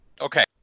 Okay